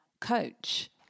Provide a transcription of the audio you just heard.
coach